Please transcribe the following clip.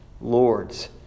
lords